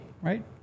right